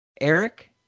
Eric